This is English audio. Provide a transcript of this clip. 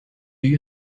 you